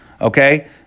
okay